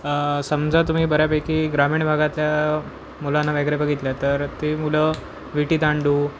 समजा तुम्ही बऱ्यापैकी ग्रामीण भागातल्या मुलांना वगैरे बघितलं तर ते मुलं विटीदांडू